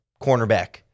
cornerback